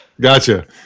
Gotcha